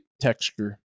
texture